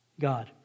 God